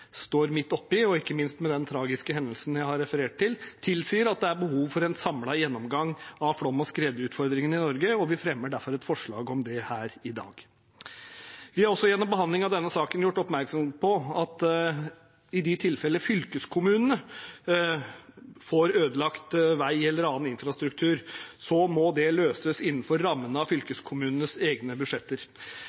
står midt oppe i, og ikke minst med den tragiske hendelsen jeg har referert til, tilsier at det er behov for en samlet gjennomgang av flom- og skredutfordringene i Norge, og vi fremmer derfor et forslag om det her i dag. Vi har også gjennom behandlingen av denne saken gjort oppmerksom på at i de tilfeller fylkeskommunene får ødelagt vei eller annen infrastruktur, må det løses innenfor rammen av fylkeskommunenes egne budsjetter.